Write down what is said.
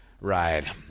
ride